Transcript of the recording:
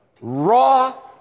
Raw